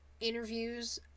interviews